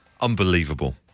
Unbelievable